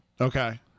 okay